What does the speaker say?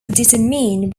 determine